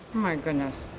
my goodness.